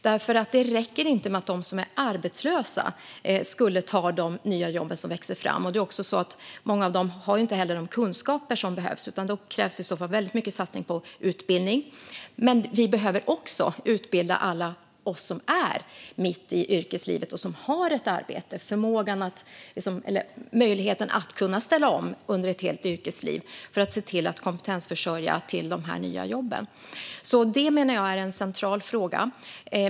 Det räcker inte med att de arbetslösa tar de nya jobb som växer fram. Många av dem har inte heller de kunskaper som behövs, och då krävs en stor satsning på utbildning. Men vi behöver också utbilda alla som är mitt i yrkeslivet och har ett arbete och ge dem möjlighet att ställa om under ett helt yrkesliv för att se till att kompetensförsörja de nya jobben. Det menar jag är en central fråga.